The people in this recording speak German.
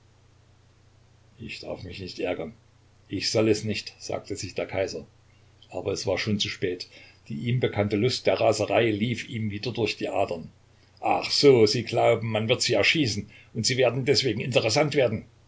ich darf mich nicht ärgern ich soll es nicht sagte sich der kaiser aber es war schon zu spät die ihm bekannte lust der raserei lief ihm wieder durch die adern ach so sie glauben man wird sie erschießen und sie werden deswegen interessant werden